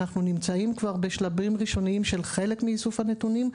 אנחנו נמצאים כבר בשלבים ראשוניים של חלק מאיסוף הנתונים.